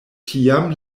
tiam